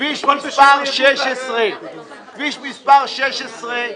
כביש מספר 16. כביש מספר 16,